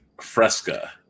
Fresca